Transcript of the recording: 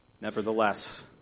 Nevertheless